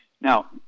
Now